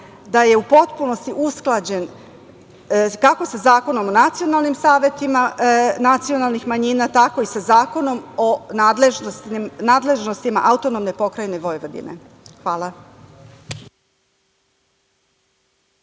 da je u potpunosti usklađen, kako sa Zakonom o nacionalnim savetima nacionalnih manjina, tako i sa Zakonom o nadležnostima AP Vojvodine. Hvala.